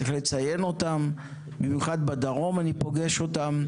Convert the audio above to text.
צריך לציין אותם, במיוחד בדרום אני פוגש אותם.